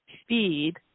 speed